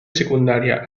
secundaria